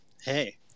Hey